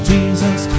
Jesus